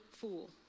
fool